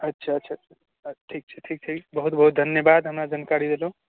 अच्छा अच्छा अच्छा आओर ठीक छै ठीक छै बहुत बहुत धन्यबाद हमरा जानकारी देलहुँ